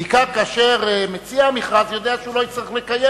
בעיקר כאשר מציע המכרז יודע שהוא לא יצטרך לקיים